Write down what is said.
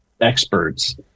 experts